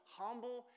humble